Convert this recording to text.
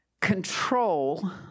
control